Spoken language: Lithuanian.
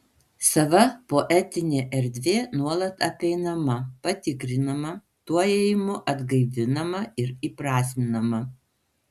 sava poetinė erdvė nuolat apeinama patikrinama tuo ėjimu atgaivinama ir įprasminama